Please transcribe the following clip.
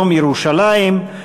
יום ירושלים,